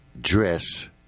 dress